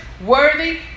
worthy